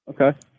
okay